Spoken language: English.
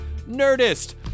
Nerdist